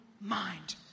mind